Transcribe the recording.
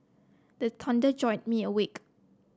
the thunder jolt me awake